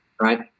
right